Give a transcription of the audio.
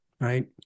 right